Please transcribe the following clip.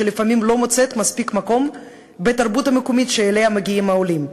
שלפעמים לא מוצאת מספיק מקום בתרבות המקומית שאליה מגיעים העולים.